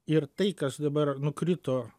ir tai kas dabar nukrito